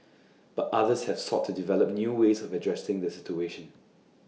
but others have sought to develop new ways of addressing the situation